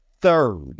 third